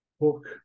hook